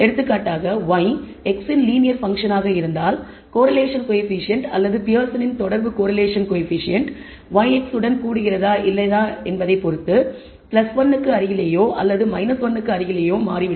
எடுத்துக்காட்டாக y x இன் linear function ஆக இருந்தால் கோரிலேஷன் கோயபிசியன்ட் அல்லது பியர்சனின் தொடர்பு கோரிலேஷன் கோயபிசியன்ட் y x உடன் கூடுகிறதா இல்லையா என்பதைப் பொருத்து 1 க்கு அருகிலேயோ அல்லது 1 க்கு அருகிலேயோ மாறிவிடும்